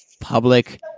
public